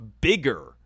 bigger